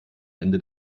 ende